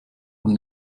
und